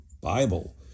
Bible